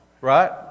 Right